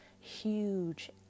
huge